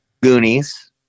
Goonies